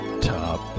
top